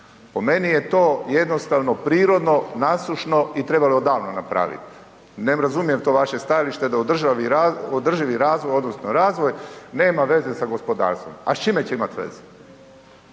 Po meni je to jednostavno prirodno nasušno i trebalo je odavno napravit. Ne razumijem to vaše stajalište da razvoj nema veze sa gospodarstvom. A s čime će imati veze?